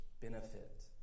benefit